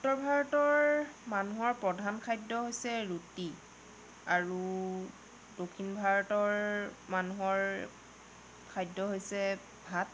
উত্তৰ ভাৰতৰ মানুহৰ প্ৰধান খাদ্য হৈছে ৰুটি আৰু দক্ষিণ ভাৰতৰ মানুহৰ খাদ্য হৈছে ভাত